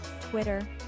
Twitter